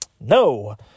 No